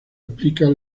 explica